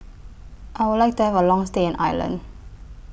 I Would like to Have A Long stay in Ireland